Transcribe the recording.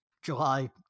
july